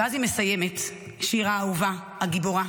ואז היא מסיימת, שירה האהובה, הגיבורה,